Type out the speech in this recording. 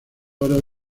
horas